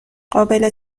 قابل